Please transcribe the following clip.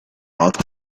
alpha